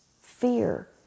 fear